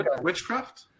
witchcraft